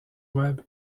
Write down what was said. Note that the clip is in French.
web